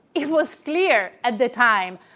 it was clear, at the time,